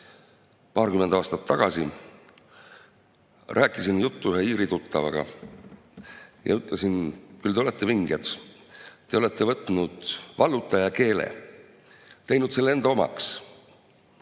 Paarkümmend aastat tagasi rääkisin juttu ühe iiri tuttavaga ja ütlesin, et küll te olete vinged, te olete võtnud vallutaja keele, teinud selle enda omaks